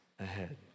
ahead